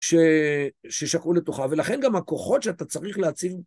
ששלחו לתוכה, ולכן גם הכוחות שאתה צריך להציב